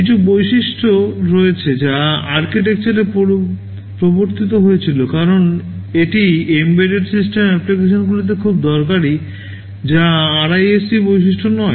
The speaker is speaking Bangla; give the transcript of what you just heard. কিছু বৈশিষ্ট্য রয়েছে যা আর্কিটেকচারে প্রবর্তিত হয়েছিল কারণ এটি এম্বেডড সিস্টেম অ্যাপ্লিকেশনগুলিতে খুব দরকারী যা আরআইএসসি বৈশিষ্ট্য নয়